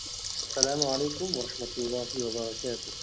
سلام علیکم وحمت اللہ وبرکت